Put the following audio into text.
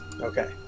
Okay